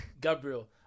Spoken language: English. Gabriel